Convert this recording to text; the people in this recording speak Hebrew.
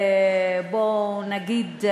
בואו נגיד,